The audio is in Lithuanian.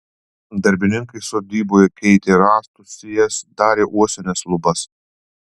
darbininkai sodyboje keitė rąstus sijas darė uosines lubas